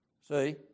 See